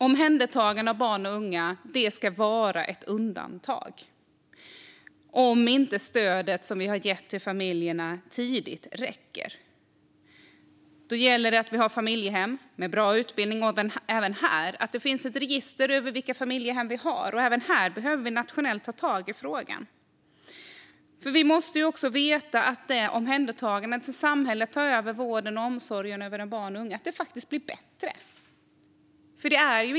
Omhändertagande av barn och unga ska ske undantagsvis och bara om det tidiga stödet till familjerna inte räcker. Då gäller det att det finns familjehem som ges bra utbildning och ett register över vilka familjehem som finns. Även detta behöver vi ta tag i nationellt. Vi måste säkerställa att det bli bättre för barnet eller den unga om samhället tar över vården och omsorgen. Så är det inte i dag.